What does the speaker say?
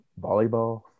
volleyball